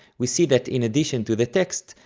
we see that in addition to the text,